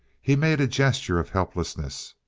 he made a gesture of helplessness.